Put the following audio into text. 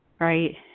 right